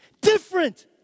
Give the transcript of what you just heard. different